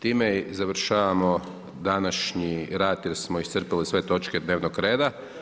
Time završavamo današnji rad jer smo iscrpili sve točke dnevnog reda.